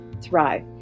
thrive